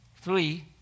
Three